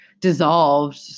dissolved